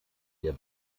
der